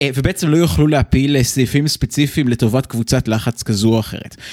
ובעצם לא יוכלו להפיל סעיפים ספציפיים לטובת קבוצת לחץ כזו או אחרת.